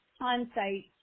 on-site